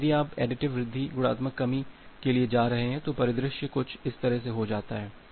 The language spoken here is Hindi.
लेकिन यदि आप additive वृद्धि गुणात्मक कमी के लिए जा रहे हैं तो परिदृश्य कुछ इस तरह से हो जाता है